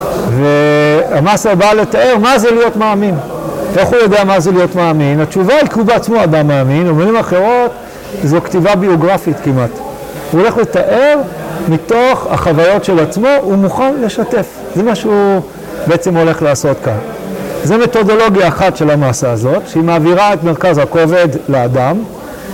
והמסה באה לתאר מה זה להיות מאמין. ואיך הוא יודע מה זה להיות מאמין? התשובה היא כי הוא בעצמו אדם מאמין. ובמילים אחרות, זו כתיבה ביוגרפית כמעט. הוא הולך לתאר מתוך החוויות של עצמו, הוא מוכן לשתף. זה מה שהוא בעצם הולך לעשות כאן. זו מתודולוגיה אחת של המסה הזאת, שהיא מעבירה את מרכז הכובד לאדם.